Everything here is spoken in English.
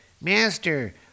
master